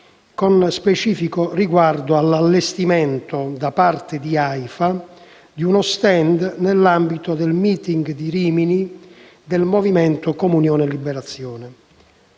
con specifico riguardo all'allestimento, da parte dell'Aifa, di uno *stand* nell'ambito del «Meeting» di Rimini del movimento Comunione e Liberazione.